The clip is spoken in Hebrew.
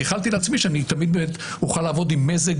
שאני תמיד אוכל לעבוד עם מזג